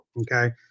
okay